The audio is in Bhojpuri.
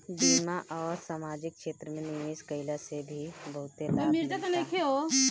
बीमा आ समाजिक क्षेत्र में निवेश कईला से भी बहुते लाभ मिलता